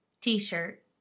t-shirt